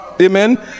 Amen